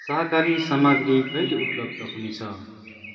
शाकाहारी सामग्री कहिले उपलब्ध हुनेछ